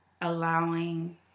allowing